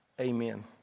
Amen